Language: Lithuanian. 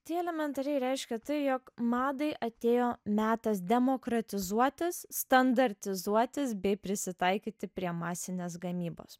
tai elementariai reiškia tai jog madai atėjo metas demokratizuotis standartizuotis bei prisitaikyti prie masinės gamybos